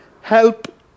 Help